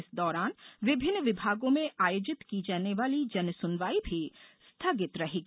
इस दौरान विभिन्न विभागों में आयोजित की जाने वाली जन सुनवाई भी स्थगित रहेगी